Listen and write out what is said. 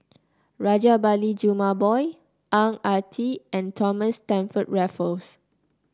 Rajabali Jumabhoy Ang Ah Tee and Thomas Stamford Raffles